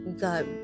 God